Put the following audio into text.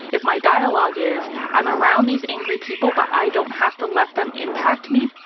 if my dialogue is i'm around these angry people but i don't have to let them impact me,